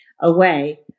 away